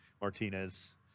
Martinez-